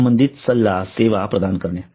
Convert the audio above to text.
संबंधित सल्ला सेवा प्रदान करणे